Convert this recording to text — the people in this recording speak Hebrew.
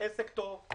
עסק טוב,